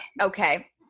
okay